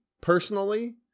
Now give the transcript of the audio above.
personally